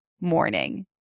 morning